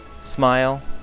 smile